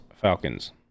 Falcons